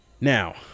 Now